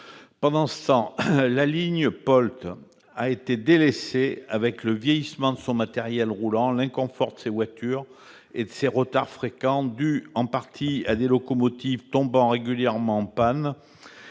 Pendant ce temps, la ligne POLT a été délaissée, avec le vieillissement de son matériel roulant, l'inconfort de ses voitures et ses retards fréquents, dus en partie à des locomotives tombant régulièrement en panne,